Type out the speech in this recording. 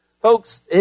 Folks